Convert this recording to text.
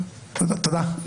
תודה.